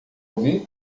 ouvir